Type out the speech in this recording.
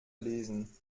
lesen